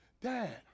Dad